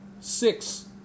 Six